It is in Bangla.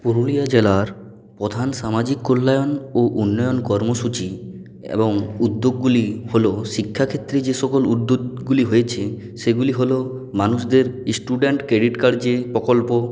পুরুলিয়া জেলার প্রধান সামাজিক কল্যাণ ও উন্নয়ন কর্মসূচি এবং উদ্যোগগুলি হল শিক্ষা ক্ষেত্রে যে সকল উদ্যোগগুলি হয়েছে সেগুলি হল মানুষদের ইস্টুডেন্ট ক্রেডিট কার্ড যে প্রকল্প